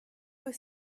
que